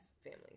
family